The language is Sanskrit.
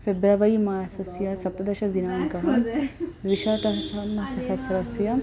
फ़ेब्रवरि मासस्य सप्तदश दिनाङ्कः द्विशतस्रम् सहस्रस्य